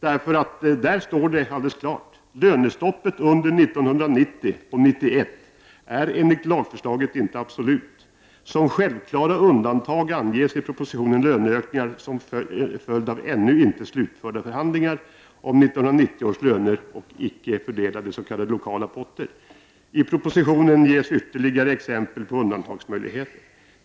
Där står det nämligen alldeles klart: ”Lönestoppet under åren 1990 och 1991 är enligt lagförslaget inte absolut. Som självklara undantag anges i propositionen löneökningar som följd av ännu inte slutförda förhandlingar om 1990 års löner och icke fördelade s.k. lokala potter. I propositionen ges ytterligare exempel på undantagsmöjligheter.